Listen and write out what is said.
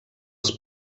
els